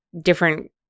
different